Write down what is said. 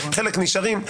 חלק נשארים.